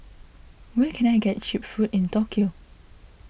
where can I get Cheap Food in Tokyo